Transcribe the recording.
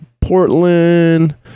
Portland